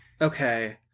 Okay